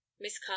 Miss